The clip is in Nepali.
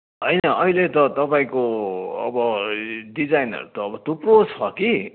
होइन अहिले त तपाईँको अब डिजाइनहरू त अब थुप्रो छ कि हो